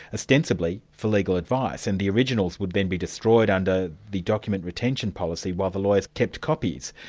ostensibly for legal advice, and the originals would then be destroyed under the document retention policy while the lawyers kept copies,